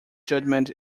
judgment